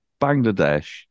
Bangladesh